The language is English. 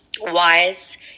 wise